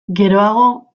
geroago